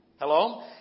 Hello